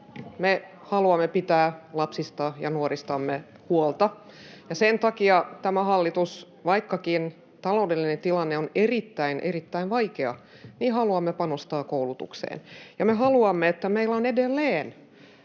Me haluamme pitää lapsista ja nuoristamme huolta, ja sen takia tämä hallitus, vaikkakin taloudellinen tilanne on erittäin erittäin vaikea, haluaa panostaa koulutukseen, ja me haluamme, että meillä on edelleen